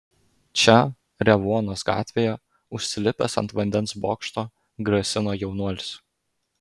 čia revuonos gatvėje užsilipęs ant vandens bokšto grasino jaunuolis